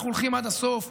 אנחנו הולכים עד הסוף,